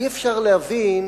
אי-אפשר להבין